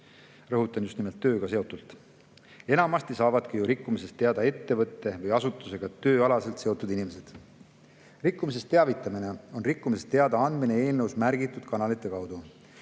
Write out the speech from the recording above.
Rõhutan, just nimelt tööga seotult. Enamasti saavadki ju rikkumisest teada ettevõtte või asutusega tööalaselt seotud inimesed. Rikkumistest teavitamine on rikkumisest teada andmine eelnõus märgitud kanalite kaudu,